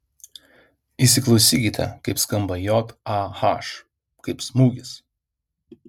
įsiklausykite kaip skamba j a h kaip smūgis